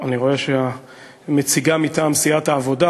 אני רואה שהנציגה מטעם סיעת העבודה